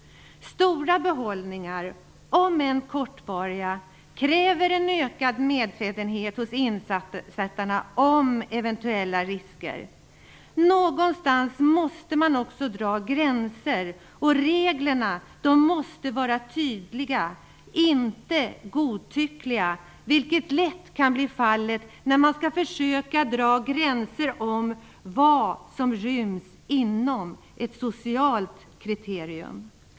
Stora behållningar, om än kortvariga, kräver en ökad medvetenhet hos insättarna om eventuella risker. Någonstans måste man också dra gränser. Reglerna måste vara tydliga, inte godtyckliga, vilket lätt kan bli fallet när man skall försöka dra gränser för vad som ryms inom ett socialt kriterium.